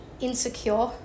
insecure